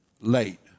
late